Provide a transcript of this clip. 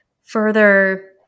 further